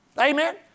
Amen